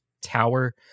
tower